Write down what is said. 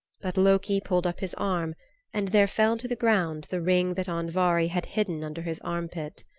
but loki pulled up his arm and there fell to the ground the ring that andvari had hidden under his armpit.